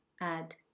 add